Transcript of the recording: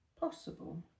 Possible